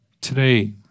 Today